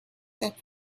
that